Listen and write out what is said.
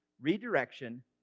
Redirection